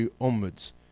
onwards